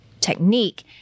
technique